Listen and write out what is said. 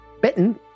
bitten